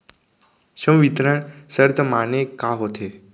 संवितरण शर्त माने का होथे?